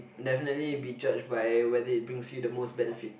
definitely be judged by whether it brings you the most benefit